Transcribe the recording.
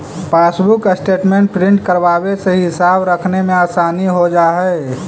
passbook statement print करवावे से हिसाब रखने में आसानी हो जा हई